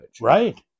Right